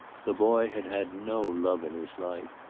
the boy had had no love in his life.